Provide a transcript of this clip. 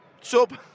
Sub